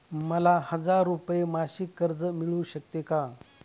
मला हजार रुपये मासिक कर्ज मिळू शकते का?